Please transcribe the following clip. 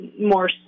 more